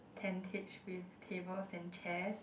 tentage with tables and chairs